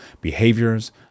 behaviors